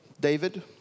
David